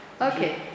Okay